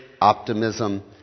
optimism